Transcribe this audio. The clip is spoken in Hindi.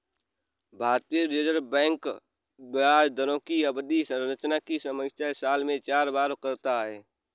भारतीय रिजर्व बैंक ब्याज दरों की अवधि संरचना की समीक्षा साल में चार बार करता है